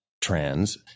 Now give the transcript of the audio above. trans